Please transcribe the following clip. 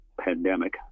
pandemic